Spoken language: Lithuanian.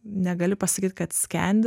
negali pasakyt kad skendi